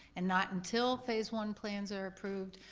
and not until phase one plans are approved,